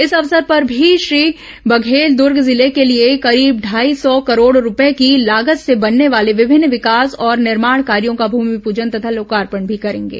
इस अवसर पर श्री बघेल दर्ग जिले के लिए करीब ढाई सौ करोड रूपये की लागत से बनने वाले विभिन्न विकास और निर्माण कार्यो का भूमिपूजन तथा लोकार्पण भी करेंगे